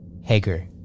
Hager